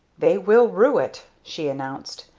they will rue it! she announced.